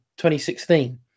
2016